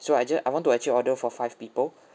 so I just I want to actually order for five people